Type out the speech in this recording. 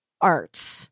arts